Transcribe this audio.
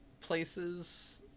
places